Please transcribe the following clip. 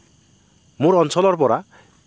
মোৰ অঞ্চলৰ পৰা